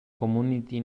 community